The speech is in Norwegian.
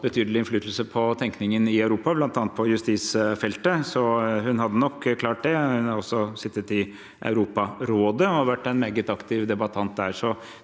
betydelig innflytelse på tenkningen i Europa, bl.a. på justisfeltet. Hun hadde nok klart det. Hun har også sittet i Europarådet og vært en meget aktiv debattant der,